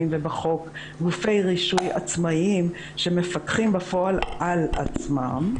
ובחוק "גופי רישוי עצמאיים" שמפקחים בפועל על עצמם,